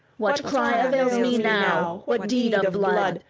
what cry avails me now, what deed of blood,